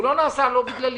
הוא לא נעשה לא בגללי.